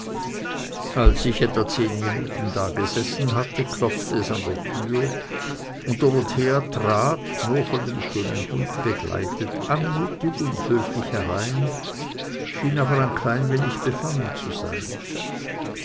als ich etwa zehn minuten dagesessen hatte klopfte es an der türe und dorothea trat nur von dem schönen hunde begleitet anmutig und höflich herein schien aber ein klein wenig befangen zu sein